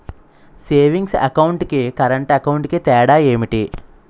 Savings account కి current account కి తేడా ఏమిటి?